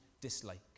dislike